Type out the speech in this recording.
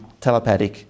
telepathic